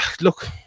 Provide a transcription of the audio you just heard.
look